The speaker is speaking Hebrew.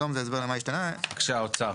בסדר?